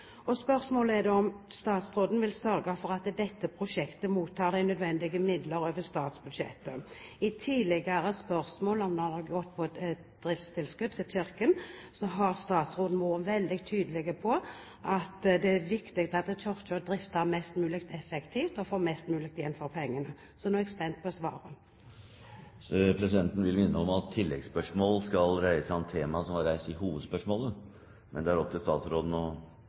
Spørsmålet er om statsråden vil sørge for at dette prosjektet mottar nødvendige midler over statsbudsjettet. I tidligere spørsmål om driftstilskudd til Kirken har statsråden vært veldig tydelig på at det er viktig at Kirken driftes mest mulig effektivt og får mest mulig igjen for pengene. Så nå er jeg spent på svaret. Presidenten vil minne om at oppfølgingsspørsmål skal dreie seg om temaet som ble reist i hovedspørsmålet. Det er opp til statsråden å